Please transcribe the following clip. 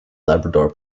labrador